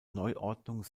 neuordnung